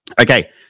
Okay